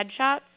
headshots